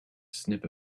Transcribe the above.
snip